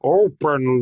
open